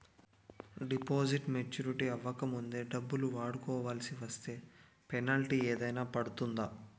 Deposit maturity అవ్వక ముందే డబ్బులు వాడుకొవాల్సి వస్తే పెనాల్టీ ఏదైనా పడుతుందా?